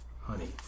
honey